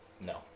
No